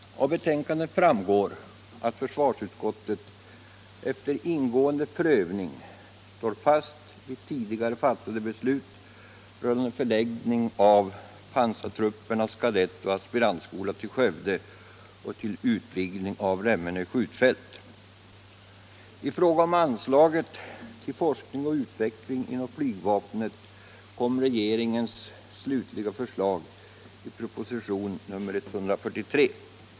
Av betänkandet framgår att försvarsutskottet efter ingående prövning står fast vid tidigare fattade beslut rörande förläggning av pansartruppernas kadettoch aspirantskola till Skövde och utvidgning av Remmene skjutfält. I fråga om anslaget till forskning och utveckling inom flygvapnet kom regeringens slutliga förslag i propositionen nr 143.